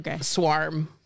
swarm